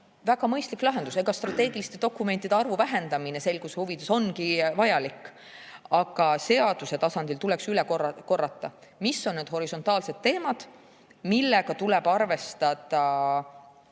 väga mõistlik lahendus. Strateegiliste dokumentide arvu vähendamine selguse huvides ongi vajalik. Aga seaduse tasandil tuleks üle korrata, mis on need horisontaalsed teemad, millega tuleb